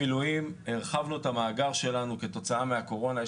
הרחבנו את מאגר צוותי המילואים כתוצאה מהקורונה.